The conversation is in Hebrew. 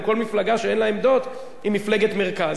כל מפלגה שאין לה עמדות היא מפלגת מרכז.